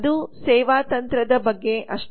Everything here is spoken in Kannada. ಅದು ಸೇವಾ ತಂತ್ರದ ಬಗ್ಗೆ ಅಷ್ಟೆ